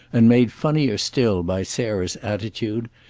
and made funnier still by sarah's attitude,